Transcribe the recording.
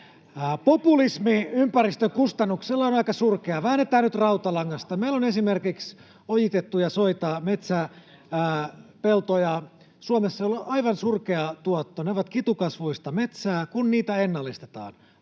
Populismi ympäristön kustannuksella on aika surkeaa. Väännetään nyt rautalangasta: Meillä on Suomessa esimerkiksi ojitettuja soita, metsää ja peltoja, joilla on aivan surkea tuotto. Ne ovat kitukasvuista metsää. Kun niitä ennallistetaan,